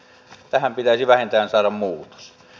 tähän pitäisi vähintään saada muutos